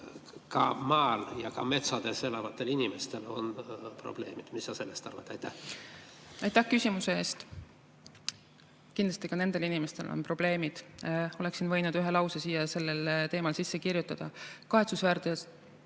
ka maal ja metsades elavatel inimestel on probleemid. Mis sa sellest arvad? Aitäh küsimuse eest! Kindlasti ka nendel inimestel on probleemid. Oleksin võinud ühe lause siia sellel teemal sisse kirjutada. Kahetsusväärselt